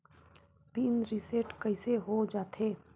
Pin reset कइसे हो जाथे?